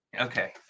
Okay